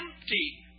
empty